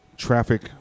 Traffic